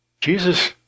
Jesus